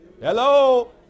hello